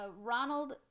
Ronald